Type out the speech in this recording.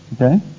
Okay